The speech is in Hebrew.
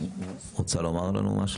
רוצה לומר לנו משהו,